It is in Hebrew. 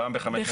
פעם בחמש שנים.